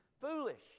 foolish